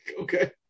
Okay